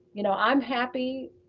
you know, i'm happy,